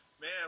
Man